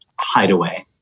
hideaway